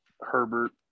Herbert